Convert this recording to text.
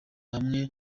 hamwe